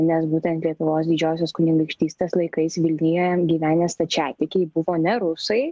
ir nes būtent lietuvos didžiosios kunigaikštystės laikais vilniuje gyvenę stačiatikiai buvo ne rusai